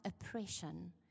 oppression